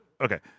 Okay